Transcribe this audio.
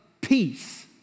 peace